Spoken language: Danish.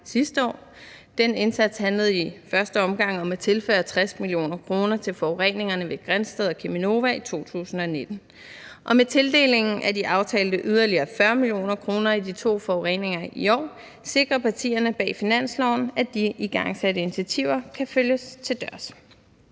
sidste år. Den indsats handlede i første omgang om at tilføre 60 mio. kr. til forureningerne ved Grindsted og Cheminova i 2019, og med tildelingen af de aftalte yderligere 40 mio. kr. i de to forureninger i år sikrer partierne bag finansloven, at de igangsatte initiativer kan følges til dørs.